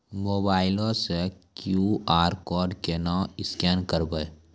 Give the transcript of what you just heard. Mobile से QR code केना scan करबै?